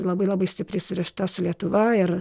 labai labai stipriai surišta su lietuva ir